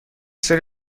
سری